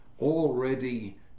already